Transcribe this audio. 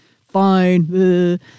Fine